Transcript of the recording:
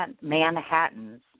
Manhattan's